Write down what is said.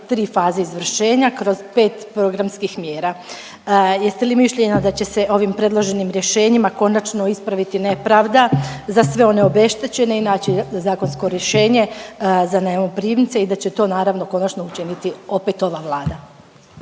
tri faze izvršenja kroz 5 programskih mjera. Jeste li mišljenja da će se ovim predloženim rješenjima konačno ispraviti nepravda za sve one obeštećene i naći zakonsko rješenje za najmoprimce i da će to, naravno, konačno učiniti opet ova Vlada?